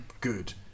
good